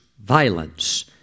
violence